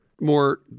more